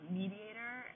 mediator